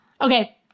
Okay